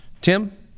Tim